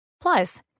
Plus